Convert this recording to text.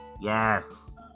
Yes